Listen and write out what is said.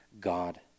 God